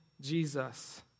Jesus